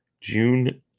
June